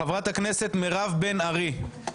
חברת הכנסת מירב בן ארי, בבקשה.